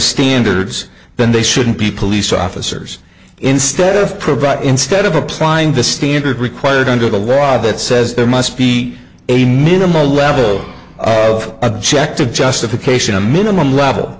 standards then they shouldn't be police officers instead of provide instead of applying the standard required under the law that says there must be a minimal level of objective justification a minimum level